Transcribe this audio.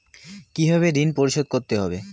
কিভাবে ঋণ পরিশোধ করতে হবে?